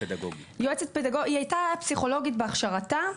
היא הייתה פסיכולוגית בהכשרתה,